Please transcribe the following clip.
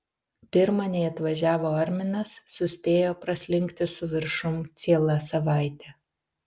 pirma nei atvažiavo arminas suspėjo praslinkti su viršum ciela savaitė